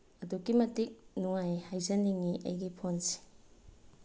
ꯑꯗꯨꯛꯀꯤ ꯃꯇꯤꯛ ꯅꯨꯡꯉꯥꯏ ꯍꯥꯏꯖꯅꯤꯡꯉꯤ ꯑꯩꯒꯤ ꯐꯣꯟꯁꯤ